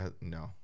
no